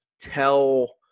tell